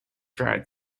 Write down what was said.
dried